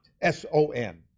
S-O-N